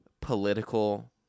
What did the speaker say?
political